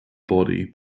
body